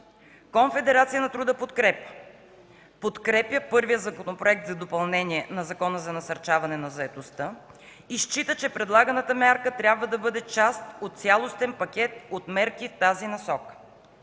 Конфедерация на труда ”Подкрепа” подкрепя първия Законопроект за допълнение на Закона за насърчаване на заетостта и счита, че предлаганата мярка трябва да бъде част от цялостен пакет от мерки в тази насока.